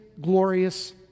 glorious